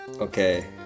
Okay